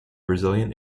brazilian